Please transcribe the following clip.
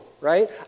right